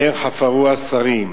באר חפרוה שרים,